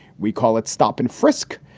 we call it stop and frisk.